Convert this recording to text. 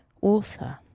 author